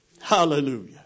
Hallelujah